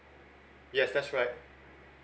yes that's right